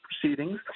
proceedings